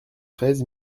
treize